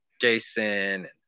Jason